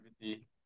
activity